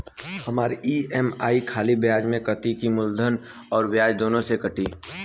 हमार ई.एम.आई खाली ब्याज में कती की मूलधन अउर ब्याज दोनों में से कटी?